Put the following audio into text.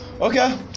Okay